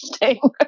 interesting